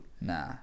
Nah